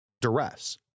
duress